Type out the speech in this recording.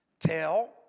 tell